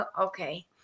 Okay